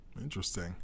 interesting